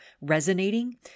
resonating